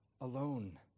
alone